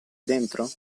dentro